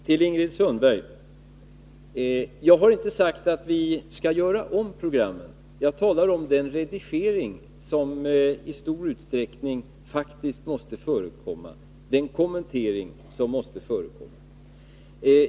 Herr talman! Jag har inte sagt att vi skall göra om programmen, Ingrid Sundberg. Jag talar om den redigering och de kommentarer som i stor utsträckning faktiskt måste förekomma.